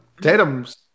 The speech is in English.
Tatum's